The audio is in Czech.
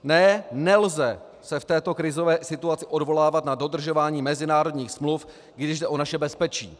Ne, nelze se v této krizové situaci odvolávat na dodržování mezinárodních smluv, když jde o naše bezpečí.